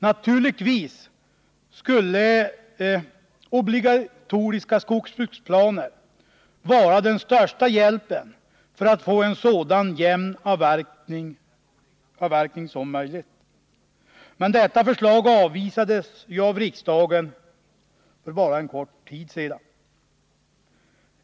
Naturligtvis skulle obligatoriska skogsbruksplaner vara den största hjälpen för att få en så jämn avverkning som möjligt, men detta förslag avvisades av riksdagen för bara en kort tid sedan.